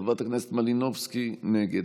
חברת הכנסת מלינובסקי נגד.